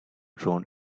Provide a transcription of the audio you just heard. drone